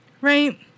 Right